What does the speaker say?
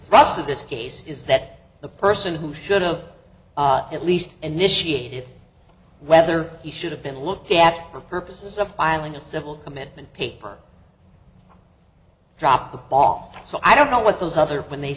thrust of this case is that the person who should of at least initiate it whether he should have been looked at for purposes of filing a civil commitment paper dropped the ball so i don't know what those other when they